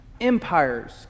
Empires